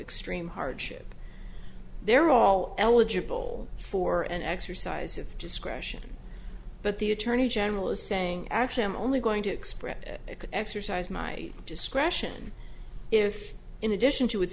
extreme hardship they're all eligible for an exercise of discretion but the attorney general is saying actually i'm only going to express it could exercise my discretion if in addition to